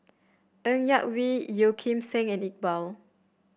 Ng Yak Whee Yeoh Ghim Seng and Iqbal